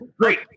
great